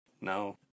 No